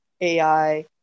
AI